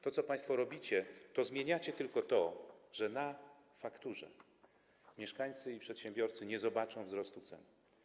To, co państwo robicie, to zmieniacie tylko to, że na fakturze mieszkańcy i przedsiębiorcy nie zobaczą wzrostu cen.